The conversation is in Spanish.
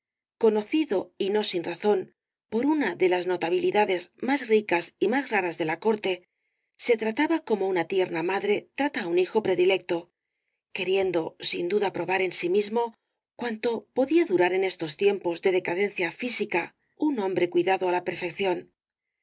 conocido y no sin razón por una de las notabilidades más ricas y más raras de la corte se trataba como una tierna madre trata á un lujo predilecto queriendo sin duda probar en sí mismo cuánto podía durar en estos tiempos de decadencia física un hombre cuidado á la perfección